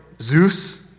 Zeus